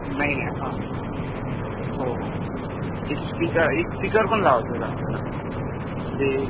नाही आहे हा हो हो एक स्टिकर एक स्टिकर पण लावायचं होतं आपल्याला ते